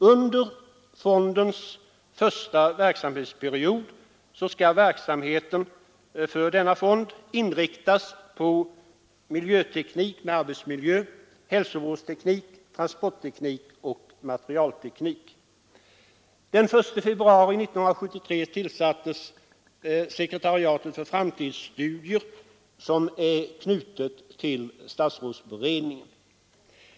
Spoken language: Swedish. Under fondens första verksamhetsperiod skall verksamheten inriktas på miljöteknik med arbetsmiljö, hälsovårdsteknik, transportteknik och materialteknik. Den 1 februari 1973 tillsattes sekretariatet för framtidsstudier, som är knutet till statsrådsberedningen.